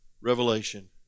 Revelation